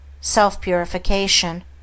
self-purification